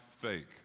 fake